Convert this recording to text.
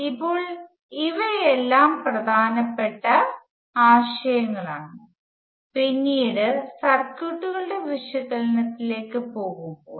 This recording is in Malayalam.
ഇപ്പോൾ ഇവയെല്ലാം പ്രധാനപ്പെട്ട ആശയങ്ങളാണ് പിന്നീട് സർക്യൂട്ടുകളുടെ വിശകലനത്തിലേക്ക് പോകുമ്പോൾ